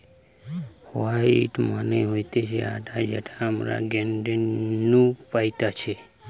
wheat মানে হতিছে আটা যেটা আমরা গেহু নু পাইতেছে